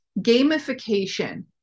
gamification